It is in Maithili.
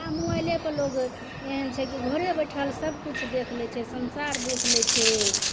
आओर मोहल्लेके लोग एहन छै की घरे बैठल सब किछु देख लै छै संसार देख लै छै